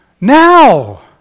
Now